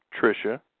Tricia